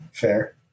Fair